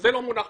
זה לא הגיוני